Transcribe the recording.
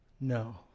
No